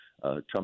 Trump